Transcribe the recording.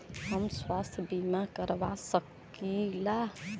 हम स्वास्थ्य बीमा करवा सकी ला?